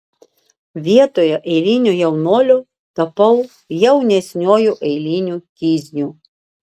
vietoje eilinio jaunuolio tapau jaunesniuoju eiliniu kizniu